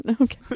Okay